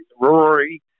Rory